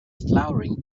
flowering